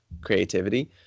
creativity